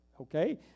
Okay